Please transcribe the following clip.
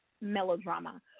melodrama